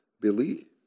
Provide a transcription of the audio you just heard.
believe